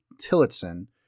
Tillotson